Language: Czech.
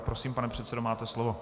Prosím, pane předsedo, máte slovo.